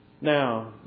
Now